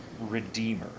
redeemer